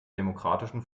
demokratischen